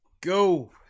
go